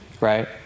right